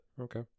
Okay